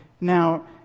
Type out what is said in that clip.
Now